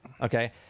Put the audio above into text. okay